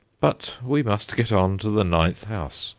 but we must get on to the ninth house,